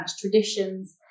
traditions